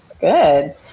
Good